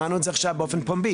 שמענו את זה באופן פומבי.